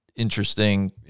interesting